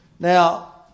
Now